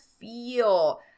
feel